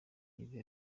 ibi